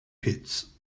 pits